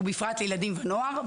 ובפרט לילדים ונוער,